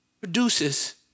produces